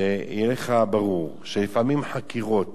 שיהיה לך ברור שלפעמים חקירות